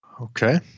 Okay